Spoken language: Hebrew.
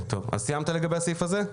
סיימת לגבי הסעיף הזה?